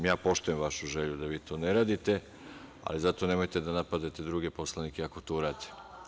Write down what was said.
Ja poštujem vašu želji da vi to ne radite, ali zato nemojte da napadate druge poslanike ako to urade.